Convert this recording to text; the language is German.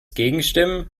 gegenstimmen